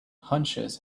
hunches